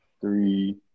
Three